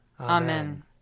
Amen